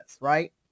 right